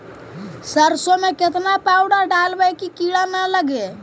सरसों में केतना पाउडर डालबइ कि किड़ा न लगे?